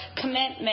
commitment